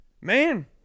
Man